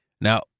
Now